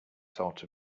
sort